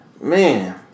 Man